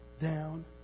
down